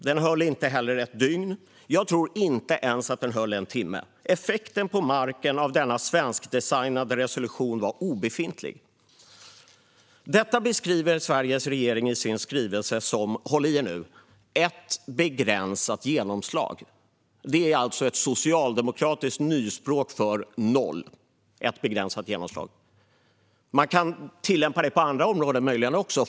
Den höll heller inte ett dygn. Jag tror inte ens att den höll en timme. Effekten på marken av denna svenskdesignade resolution var obefintlig. Detta beskriver Sveriges regering i sin skrivelse som ett - håll i er nu - "begränsat genomslag". Det är alltså socialdemokratiskt nyspråk för noll. Man kan möjligen tillämpa det på andra områden.